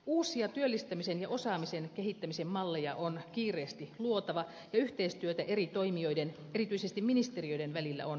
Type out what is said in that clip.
uusia työllistämisen ja osaamisen kehittämisen malleja on kiireesti luotava ja yhteistyötä eri toimijoiden erityisesti ministeriöiden välillä on tiivistettävä